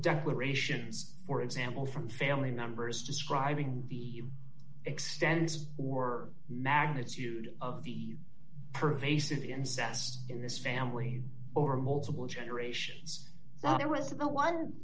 declarations for example from family members describing the extensive or magnitude of the pervasive incest in this family over multiple generations that it was the one